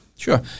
Sure